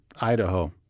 Idaho